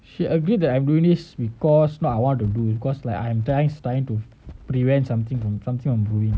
she agreed that I'm doing this because not I want to do because like I am trying to prevent something from something from brewing